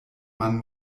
man